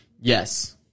Yes